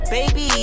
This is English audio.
Baby